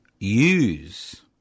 use